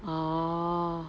orh